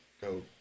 go